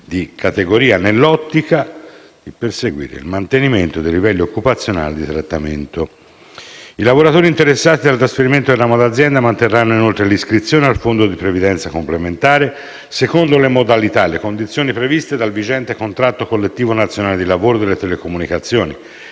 di categoria, nell'ottica di perseguire il mantenimento dei livelli occupazionali e di trattamento. I lavoratori interessati dal trasferimento del ramo d'azienda manterranno inoltre l'iscrizione al fondo di previdenza complementare, secondo le modalità e le condizioni previste del vigente contratto collettivo nazionale di lavoro delle telecomunicazioni,